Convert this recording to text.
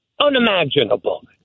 unimaginable